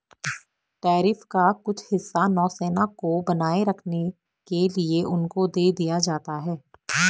tariff का कुछ हिस्सा नौसेना को बनाए रखने के लिए उनको दे दिया जाता है